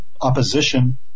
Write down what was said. opposition